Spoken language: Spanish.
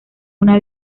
una